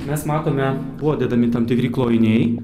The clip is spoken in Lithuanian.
mes matome buvo dedami tam tikri klojiniai